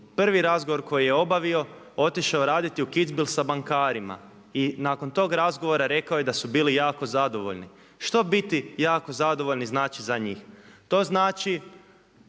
prvi razgovor koji je obavio otišao raditi u Kitzbuhel sa bankarima i nakon tog razgovora rekao je da su bili jako zadovoljni. Što biti jako zadovoljni znači za njih? To znači